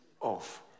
off